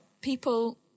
people